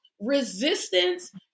resistance